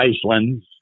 Iceland